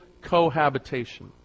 cohabitation